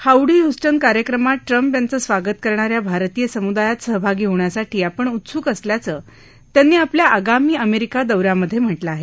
हौडी Houston कार्यक्रमात Trump यांचं स्वागत करणाऱ्या भारतीय समुदायात सहभागी होण्यासाठी आपण उत्सुक असल्याचं त्यांनी आपल्या आगामी अमेरिका दौऱ्यामधे म्हटलं आहे